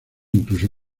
incluso